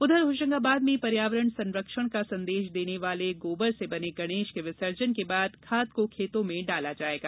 उधर होशंगाबाद में पर्यावरण संरक्षण का संदेश देने वाले गोबर से बने गणेश के विसर्जन के बाद खाद को खेतों में डाला जायेगा